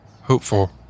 hopeful